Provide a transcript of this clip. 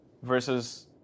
versus